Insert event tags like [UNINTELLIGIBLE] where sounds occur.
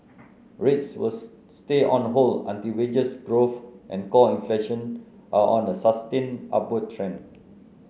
rates will [UNINTELLIGIBLE] stay on hold until wages growth and core inflation are on a sustained upward trend